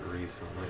recently